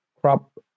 crop